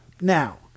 Now